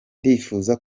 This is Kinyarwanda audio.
ndifuza